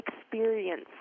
experience